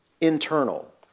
internal